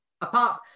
apart